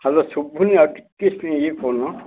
hello ଶୁଭନି ଆଉ ଟିକେ ଇୟ କରୁନ